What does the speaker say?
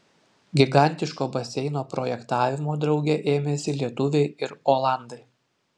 gigantiško baseino projektavimo drauge ėmėsi lietuviai ir olandai